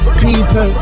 people